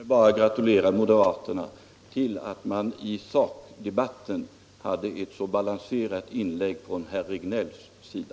Fru talman! Tillåt mig bara gratulera moderaterna till att man i sakdebatten hade ett så balanserat inlägg från herr Regnélls sida.